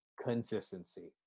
consistency